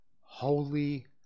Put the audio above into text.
Holy